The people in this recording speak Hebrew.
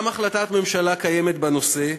גם החלטת ממשלה קיימת בנושא,